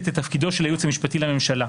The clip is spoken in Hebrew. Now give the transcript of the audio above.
לתפקידו של הייעוץ המשפטי לממשלה,